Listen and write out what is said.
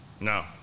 No